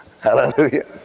Hallelujah